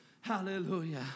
Hallelujah